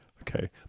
Okay